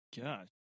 God